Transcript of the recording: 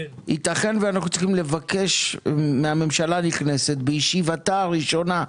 ייתכן שאנחנו צריכים לבקש מהממשלה הנכנסת בישיבתה הראשונה,